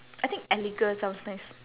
I think eleger sounds nice